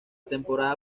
temporada